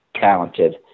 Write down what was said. talented